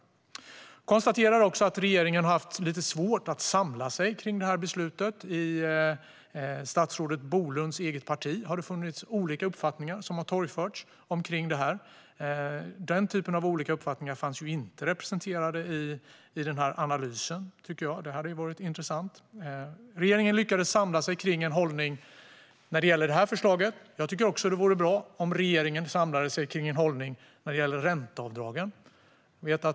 Jag konstaterar också att regeringen har haft lite svårt att samla sig kring detta beslut. I statsrådet Bolunds parti har det torgförts olika uppfattning i detta. Dessa olika uppfattningar fanns inte representerade i analysen, vilket hade varit intressant. Regeringen lyckades samla sig kring en hållning i detta förslag. Det vore bra om regeringen också samlade sig kring en hållning vad gäller ränteavdragen.